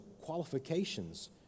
qualifications